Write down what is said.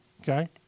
Okay